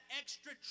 extra